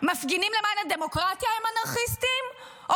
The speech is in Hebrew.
מפגינים למען הדמוקרטיה הם אנרכיסטים או